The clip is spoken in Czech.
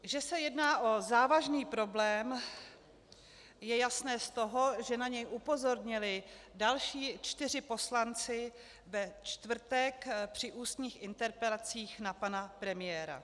Že se jedná o závažný problém, je jasné z toho, že na něj upozornili další čtyři poslanci ve čtvrtek při ústních interpelacích na pana premiéra.